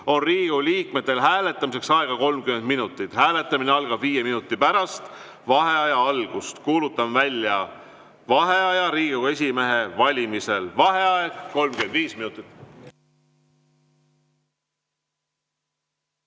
on Riigikogu liikmetel hääletamiseks aega 30 minutit. Hääletamine algab viis minutit pärast vaheaja algust. Kuulutan välja vaheaja Riigikogu esimehe valimisel. Vaheaeg 35 minutit.